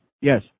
Yes